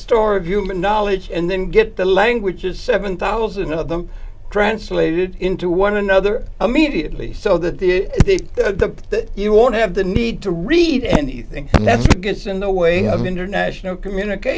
story of human knowledge and then get the languages seven thousand of them translated into one another a media at least so that the the that you won't have the need to read anything that's gets in the way of international communicat